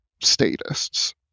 statists